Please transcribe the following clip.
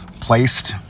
placed